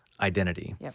identity